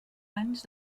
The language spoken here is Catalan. anys